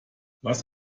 was